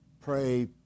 Pray